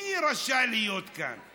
מי רשאי להיות פה?